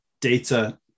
data